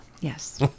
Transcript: Yes